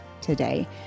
today